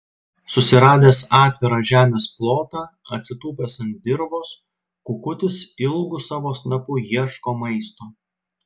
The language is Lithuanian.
susiradęs atvirą žemės plotą atsitūpęs ant dirvos kukutis ilgu savo snapu ieško maisto